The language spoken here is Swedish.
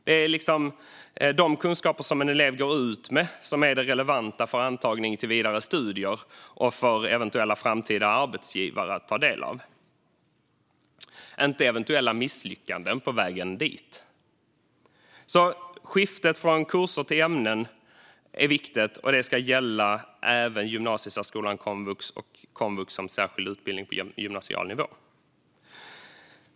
Det är liksom de kunskaper en elev går ut med som är relevanta för antagning till vidare studier och för eventuella framtida arbetsgivare att ta del av, och inte eventuella misslyckanden på vägen dit. Skiftet från kurser till ämnen är alltså viktigt, och det ska gälla även gymnasiesärskolan, komvux och komvux som särskild utbildning på gymnasial nivå.